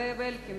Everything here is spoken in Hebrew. זאב אלקין,